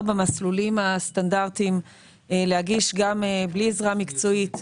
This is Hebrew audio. במסלולים הסטנדרטיים להגיש גם בלי עזרה במקצועית,